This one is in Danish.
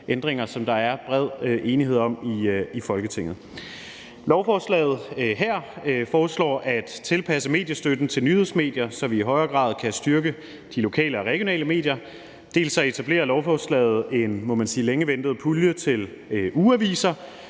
ændringer, som der er bred enighed om i Folketinget. Lovforslaget her foreslår dels at tilpasse mediestøtten til nyhedsmedier, så vi i højere grad kan styrke de lokale og regionale medier, dels etablerer lovforslaget en, må man sige, længe ventet pulje til ugeaviser